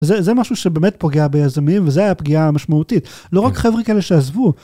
זה, זה משהו שבאמת פוגע ביזמים, וזה היה פגיעה משמעותית. לא רק חבר'ה כאלה שעזבו.